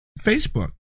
Facebook